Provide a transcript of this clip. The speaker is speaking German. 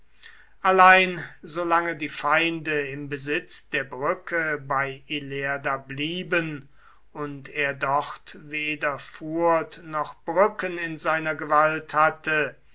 allein solange die feinde im besitz der brücke bei ilerda blieben und er dort weder furt noch brücken in seiner gewalt hatte